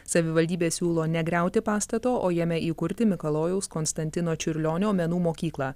savivaldybė siūlo negriauti pastato o jame įkurti mikalojaus konstantino čiurlionio menų mokyklą